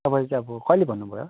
तपाईँले चाहिँ अब कहिले भन्नु भयो